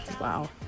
wow